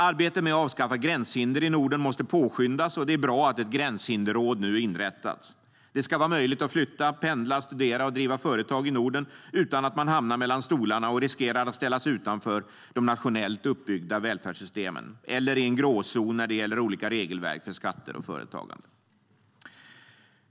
Arbetet med att avskaffa gränshinder i Norden måste påskyndas, och det är bra att ett gränshinderråd nu inrättats. Det ska vara möjligt att flytta, pendla, studera och driva företag i Norden utan att man hamnar mellan stolarna och riskerar att ställas utanför de nationellt uppbyggda välfärdssystemen eller i en gråzon när det gäller olika regelverk för skatter och företagande.